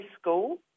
school